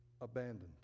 abandoned